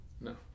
No